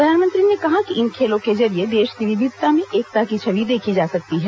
प्रधानमंत्री ने कहा कि इन खेलों के जरिये देश की विविधता में एकता की छवि देखी जा सकती है